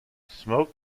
smoke